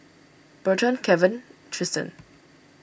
Burton Kevan Triston